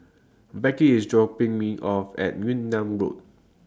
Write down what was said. Becky IS dropping Me off At Yunnan Road